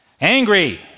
Angry